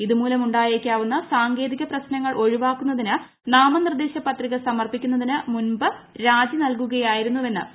ഇതുമൂലമുണ്ടായേക്കാവുന്ന സാങ്കേതിക പ്രശ്നങ്ങൾ ഒഴിവാക്കുന്നതിന് നാമനിർദേശ പത്രിക സമർപ്പിക്കുന്നതിന് മുൻപ് രാജി നൽകുകയായിരുന്നുവെന്ന് പി